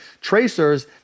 tracers